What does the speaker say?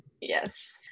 Yes